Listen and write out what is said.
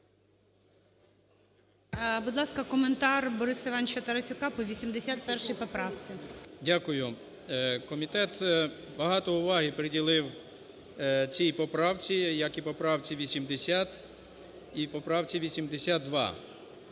Будь ласка, коментар Бориса Івановича Тарасюка по 81 поправці. 13:24:35 ТАРАСЮК Б.І. Дякую. Комітет багато уваги приділив цій поправці як і поправці 80 і поправці 82.